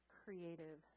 creative